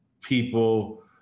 people